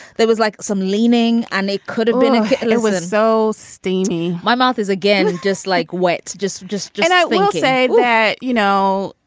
there was like some leaning and it could have been in love with it. so steamy. my mouth is, again, just like wet. just just get out say that, you know,